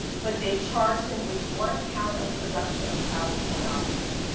but they charged him with one count of production of child pornography.